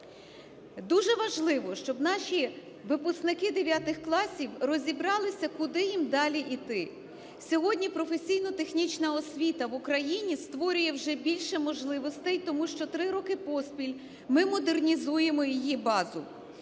Дуже важливо, щоб наші випускники дев'ятих класів розібралися, куди їм далі йти. Сьогодні професійно-технічна освіта в Україні створює вже більше можливостей, тому що три роки поспіль ми модернізуємо її базу.